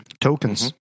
tokens